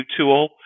tool